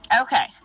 Okay